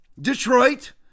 Detroit